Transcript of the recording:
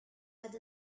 had